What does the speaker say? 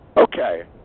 okay